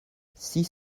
six